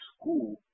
school